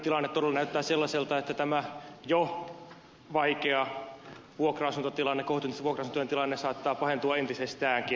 suhdannetilanne todella näyttää sellaiselta että tämä jo vaikea vuokra asuntotilanne kohtuullisten vuokra asuntojen tilanne saattaa pahentua entisestäänkin